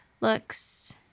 looks